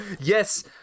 Yes